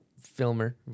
filmer